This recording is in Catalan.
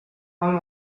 amb